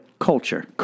Culture